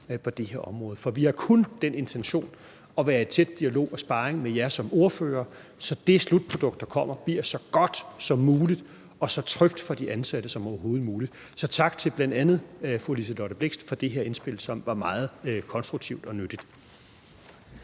på det her område. For vi har kun den intention at være i tæt dialog og sparring med jer som ordførere, så det slutprodukt, der kommer, bliver så godt som muligt og så trygt for de ansatte som overhovedet muligt. Så tak til bl.a. fru Liselott Blixt for det her indspil, som var meget konstruktivt og nyttigt.